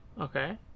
okay